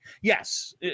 Yes